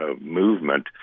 movement